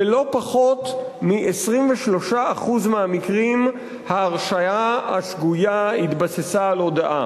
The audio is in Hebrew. בלא פחות מ-23% מהמקרים ההרשאה השגויה התבססה על הודאה.